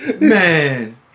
Man